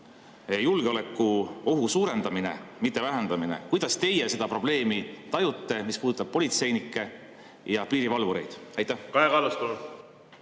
julgeolekuohu suurendamine, mitte vähendamine. Kuidas teie tajute seda probleemi, mis puudutab politseinikke ja piirivalvureid? Kaja